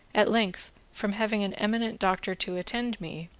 at length, from having an eminent doctor to attend me,